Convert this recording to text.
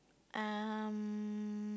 um